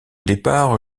départ